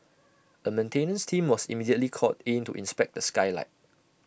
A maintenance team was immediately called in to inspect the skylight